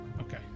Okay